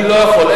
אני לא יכול,